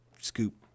scoop